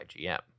IgM